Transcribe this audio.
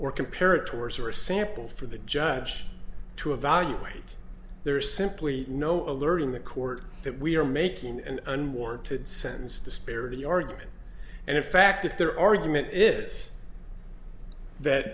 or comparative oars or a sample for the judge to evaluate there is simply no alerting the court that we are making an unwarranted sense disparity argument and in fact if their argument is that